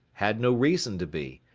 had no reason to be,